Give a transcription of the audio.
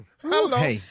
Hello